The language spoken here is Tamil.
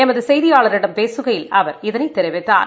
எமது செய்தியாளரிடம் பேசுகையில் அவர் இதனைத் தெரிவித்தார்